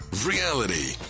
reality